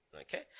Okay